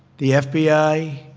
the f. b. i,